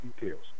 details